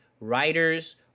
writers